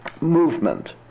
movement